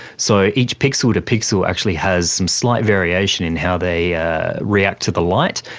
so each pixel to pixel actually has some slight variation in how they react to the light.